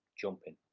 jumping.